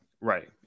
Right